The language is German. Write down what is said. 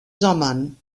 sommern